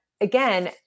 again